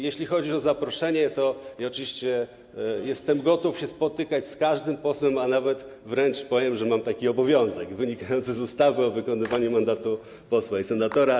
Jeśli chodzi o zaproszenie, to oczywiście jestem gotów się spotykać z każdym posłem, a nawet powiem, że mam taki obowiązek, który wynika z ustawy o wykonywaniu mandatu posła i senatora.